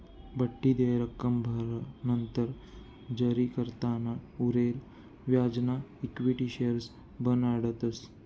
बठ्ठी देय रक्कम भरानंतर जारीकर्ताना उरेल व्याजना इक्विटी शेअर्स बनाडतस